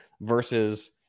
versus